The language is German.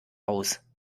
aus